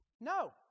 No